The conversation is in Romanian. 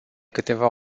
câteva